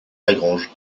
lagrange